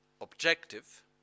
objective